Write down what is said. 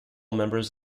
members